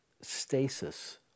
stasis